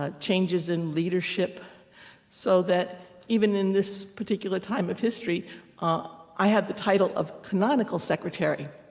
ah changes in leadership so that even in this particular time of history i have the title of canonical secretary,